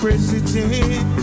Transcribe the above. President